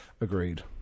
agreed